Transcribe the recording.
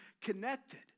connected